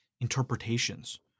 interpretations